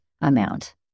amount